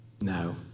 No